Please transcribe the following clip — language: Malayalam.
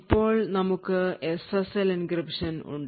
ഇപ്പോൾ നമുക്ക് എസ്എസ്എൽ എൻക്രിപ്ഷൻ ഉണ്ട്